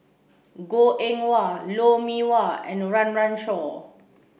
Goh Eng Wah Lou Mee Wah and Run Run Shaw